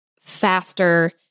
faster